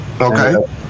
Okay